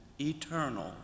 ETERNAL